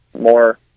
more